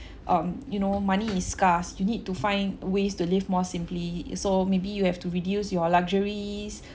um you know money is scarce you need to find ways to live more simply so maybe you have to reduce your luxuries